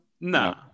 No